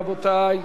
רבותי.